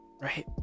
Right